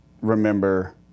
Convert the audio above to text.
remember